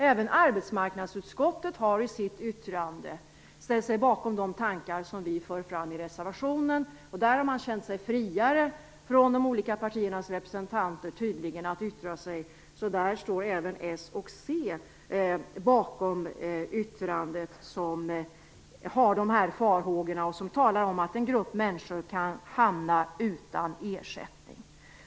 Även arbetsmarknadsutskottet har i sitt yttrande ställt sig bakom de tankar som vi för fram i reservationen. Där har man känt sig friare från de olika partiernas representanter att yttra sig, så där står även s och c bakom det yttrande där dessa farhågor påpekas och där det talas om att en grupp människor kan hamna utan ersättning.